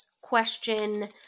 question